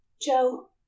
Joe